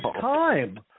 time